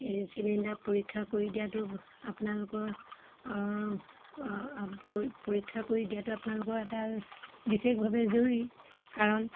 এই চিলিণ্ডাৰ পৰীক্ষা কৰি দিয়াতো আপোনালোকৰ পৰীক্ষা কৰি দিয়াটো আপোনালোকৰ এটা বিশেষভাৱে জৰুৰী কাৰণ